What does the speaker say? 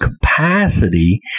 capacity